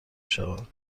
شوند